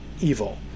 evil